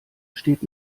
steht